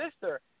sister